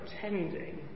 pretending